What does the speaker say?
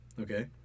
okay